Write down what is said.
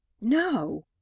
no